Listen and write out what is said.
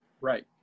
Right